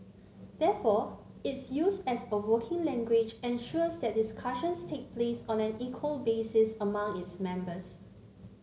therefore its use as a working language ensures that discussions take place on an equal basis among its members